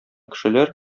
кешеләр